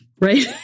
Right